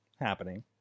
happening